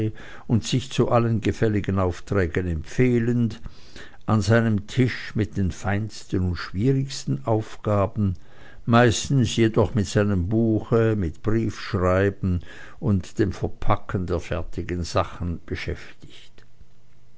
und sich zu allen gefälligen aufträgen empfehlend an seinem tische mit den feinsten und schwierigsten aufgaben meistens jedoch mit seinem buche mit briefschreiben und dem verpacken der fertigen sachen beschäftigt